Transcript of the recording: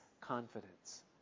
confidence